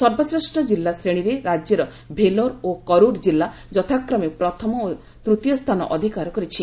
ସର୍ବଶ୍ରେଷ୍ଠ ଜିଲ୍ଲା ଶ୍ରେଣୀରେ ରାଜ୍ୟର ଭେଲୋର ଓ କରୁର ଜିଲ୍ଲା ଯଥାକ୍ରମେ ପ୍ରଥମ ଓ ତୃତୀୟ ସ୍ଥାନ ଅଧିକାର କରିଛି